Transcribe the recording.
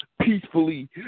peacefully